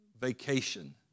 vacation